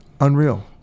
Unreal